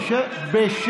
אותו, הוצאתי אותו.